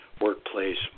workplace